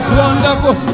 wonderful